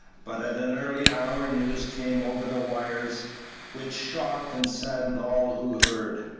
but at an early hour news came over the wires which shocked and saddened all who heard,